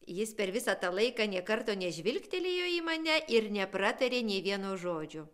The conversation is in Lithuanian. jis per visą tą laiką nė karto nežvilgtelėjo į mane ir nepratarė nė vieno žodžio